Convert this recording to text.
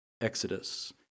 Exodus